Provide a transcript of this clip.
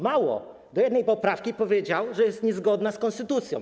Mało, odnośnie do jednej poprawki powiedziano, że jest niezgodna z konstytucją.